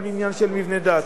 על בניין של מבנה דת.